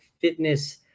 fitness